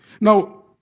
Now